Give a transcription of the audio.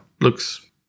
looks